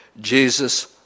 Jesus